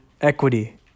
equity